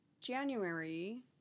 January